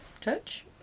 Touch